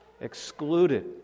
excluded